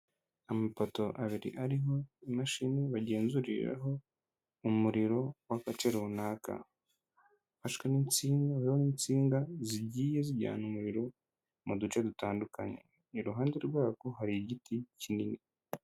Amapoto abiri ariho imashini bagenzuriraho umuriro w'agace runaka, ufashwe n'insinga uriho n'insinga zigiye zijyana umuriro mu duce dutandukanye, iruhande rwako hari igiti kinini.